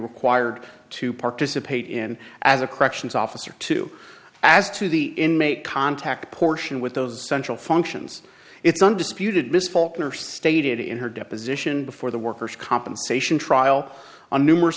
required to participate in as a corrections officer to as to the inmate contact portion with those central functions it's undisputed miss falkner stated in her deposition before the workers compensation trial on numerous